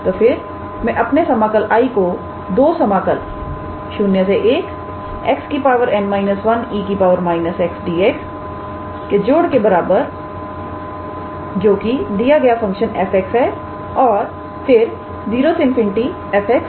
तो फिर मैं अपने समाकल I को दो समाकल 01𝑥 𝑛−1𝑒 −𝑥𝑑𝑥 के जोड़ के बराबर जोकि दिया गया फंक्शन f और फिर 0 ∞𝑓𝑥𝑑𝑥 है